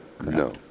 No